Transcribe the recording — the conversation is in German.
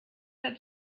hat